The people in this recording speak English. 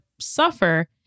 suffer